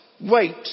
wait